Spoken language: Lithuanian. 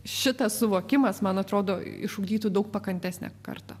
šitas suvokimas man atrodo išugdytų daug pakantesnę karta